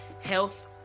health